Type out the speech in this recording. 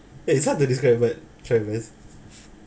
eh it's hard to describe but I try my best